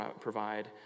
provide